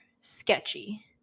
sketchy